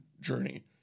journey